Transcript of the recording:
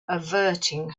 averting